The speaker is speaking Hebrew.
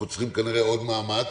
אנחנו צריכים כנראה עוד מאמץ,